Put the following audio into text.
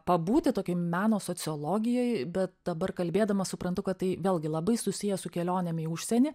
pabūti tokioj meno sociologijoj bet dabar kalbėdama suprantu kad tai vėlgi labai susiję su kelionėm į užsienį